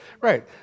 Right